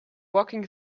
walking